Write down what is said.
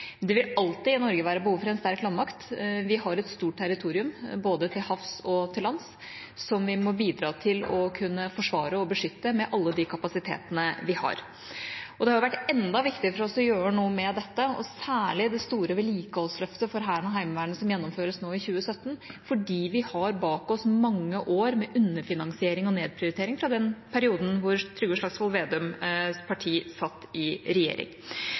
Det vil i Norge alltid være behov for en sterk landmakt. Vi har et stort territorium, både til havs og til lands, som vi må kunne forsvare og beskytte med alle de kapasitetene vi har. Det har vært enda viktigere for oss å gjøre noe med dette, særlig det store vedlikeholdsløftet for Hæren og Heimevernet som gjennomføres nå i 2017, fordi vi har bak oss mange år med underfinansiering og nedprioritering fra den perioden da Trygve Slagsvold Vedums parti satt i regjering.